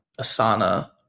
Asana